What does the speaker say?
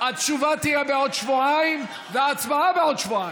התשובה תהיה בעוד שבועיים וההצבעה בעוד שבועיים.